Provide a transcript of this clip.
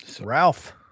Ralph